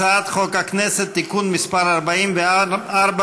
הצעת חוק הכנסת (תיקון מס' 44),